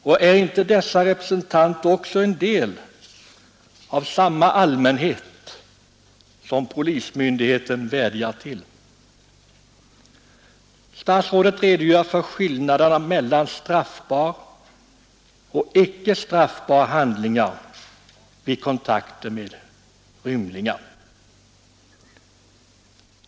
Och är inte dessa representanter också en del av samma allmänhet som polismyndigheten vädjar till? Statsrådet redogör för skillnaderna mellan straffbara och icke straffbara handlingar vid kontakter med rymlingar.